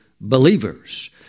believers